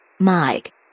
Mike